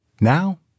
Now